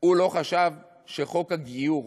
הוא לא חשב שחוק הגיור,